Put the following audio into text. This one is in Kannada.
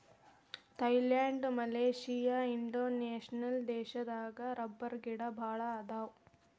ಥೈಲ್ಯಾಂಡ ಮಲೇಷಿಯಾ ಇಂಡೋನೇಷ್ಯಾ ದೇಶದಾಗ ರಬ್ಬರಗಿಡಾ ಬಾಳ ಅದಾವ